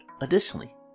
additionally